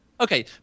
Okay